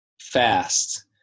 fast